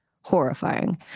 horrifying